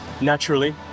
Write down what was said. naturally